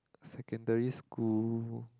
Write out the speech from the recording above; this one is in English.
secondary school